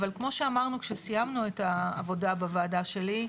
אבל כמו שאמרנו כשסיימנו את העבודה בוועדה שלי,